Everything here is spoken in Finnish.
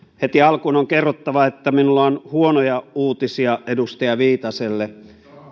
heti alkuun on kerrottava että minulla on huonoja uutisia edustaja viitaselle